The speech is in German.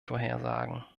vorhersagen